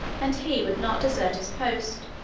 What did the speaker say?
and he would not desert his post.